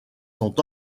sont